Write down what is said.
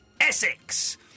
Essex